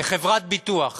לחברת ביטוח